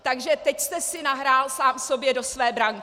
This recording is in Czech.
Takže teď jste si nahrál sám sobě do své branky!